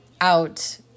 out